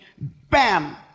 Bam